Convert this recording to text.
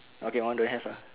okay mine don't have ah